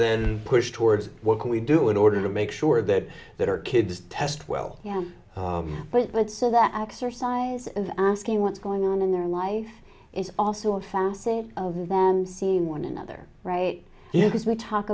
n push towards what can we do in order to make sure that that our kids test well yeah but but so that exercise of asking what's going on in their life is also a facet of them seeing one another right here because we talk